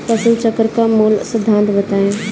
फसल चक्र का मूल सिद्धांत बताएँ?